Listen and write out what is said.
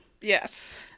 Yes